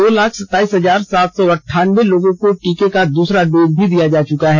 दो लाख सताइस हजार सात सौ अंठानबे लोगों को टीके का दूसरा डोज भी दिया जा चुका है